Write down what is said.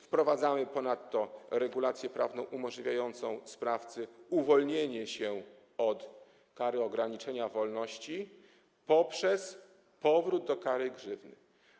Wprowadzamy ponadto regulację prawną umożliwiającą sprawcy uwolnienie się od kary ograniczenia wolności poprzez powrót do kary grzywny.